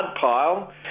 pile